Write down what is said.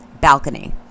balcony